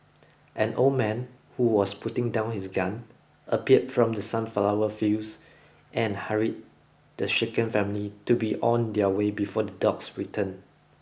an old man who was putting down his gun appeared from the sunflower fields and hurried the shaken family to be on their way before the dogs return